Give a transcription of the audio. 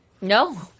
No